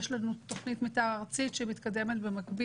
יש לנו תוכנית מתאר ארצית שמתקדמת במקביל